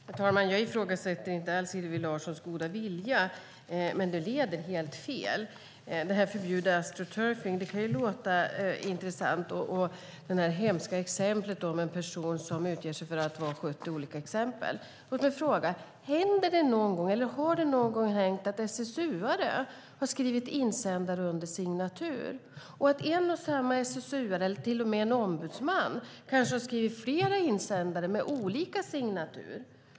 Herr talman! Jag ifrågasätter inte alls Hillevi Larssons goda vilja, men det leder helt fel. Att förbjuda astroturfing kan ju låta intressant med tanke på det hemska exemplet med en person som utgav sig för att vara 70 olika personer. Låt mig dock fråga: Händer det någon gång att SSU:are skriver insändare under signatur, eller har det någon gång hänt? En och samma SSU:are, eller till och med en ombudsman, kanske har skrivit flera insändare med olika signatur.